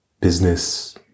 business